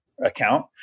account